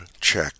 check